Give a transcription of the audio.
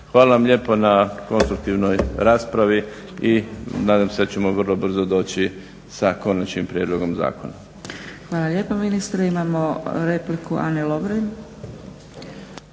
Hvala vam lijepo na konstruktivnoj raspravi i nadam se da ćemo vrlo brzo doći sa konačnim prijedlogom zakona. **Zgrebec, Dragica (SDP)** Hvala lijepo ministre. Imamo repliku Ane Lovrin.